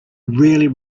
rarely